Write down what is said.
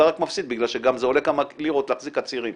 אולי גם מפסיד משום שזה עולה כמה לירות להחזיק עצירים,